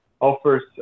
offers